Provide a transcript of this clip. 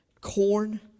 corn